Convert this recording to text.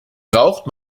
braucht